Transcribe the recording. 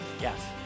yes